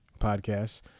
podcasts